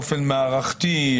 באופן מערכתי,